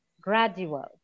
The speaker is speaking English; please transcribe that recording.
Gradual